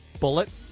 Bullet